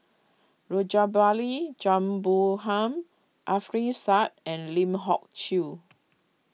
Rajabali Jumabhoy Alfian Sa'At and Lim Hock Siew